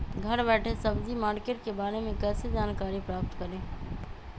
घर बैठे सब्जी मार्केट के बारे में कैसे जानकारी प्राप्त करें?